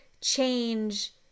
change